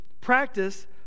Practice